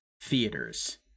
theaters